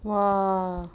!wah!